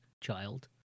child